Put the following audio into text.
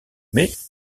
mais